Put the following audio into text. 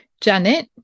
Janet